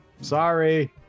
Sorry